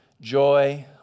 joy